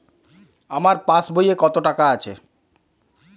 আমার পাসবই এ কত টাকা আছে?